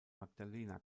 magdalena